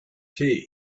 tea